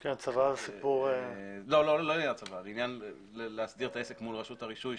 לא לעניין הצוואה אלא להסדיר את העסק מול רשות הרישוי,